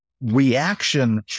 reaction